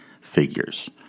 figures